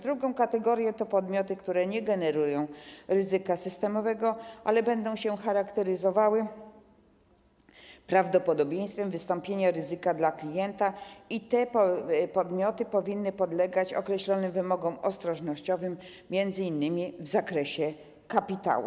Druga kategoria to podmioty, które nie generują ryzyka systemowego, ale będą charakteryzowały się prawdopodobieństwem wystąpienia ryzyka dla klienta i powinny one podlegać określonym wymogom ostrożnościowym m.in. w zakresie kapitału.